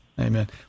Amen